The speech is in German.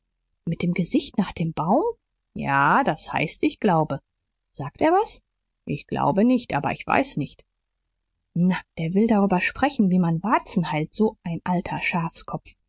mit dem gesicht nach dem baum ja das heißt ich glaube sagte er was ich glaube nicht aber ich weiß nicht na der will darüber sprechen wie man warzen heilt so ein alter schafskopf